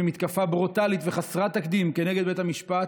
במתקפה ברוטלית וחסרת תקדים נגד בית המשפט,